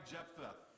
Jephthah